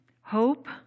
Hope